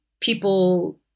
people